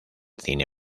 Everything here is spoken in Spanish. cine